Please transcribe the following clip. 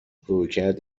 رویکرد